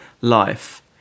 life